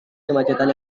kemacetan